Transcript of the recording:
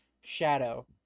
shadow